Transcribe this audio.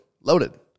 Loaded